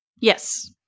Yes